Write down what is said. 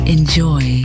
Enjoy